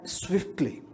swiftly